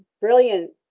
brilliant